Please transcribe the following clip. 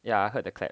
ya I heard the clap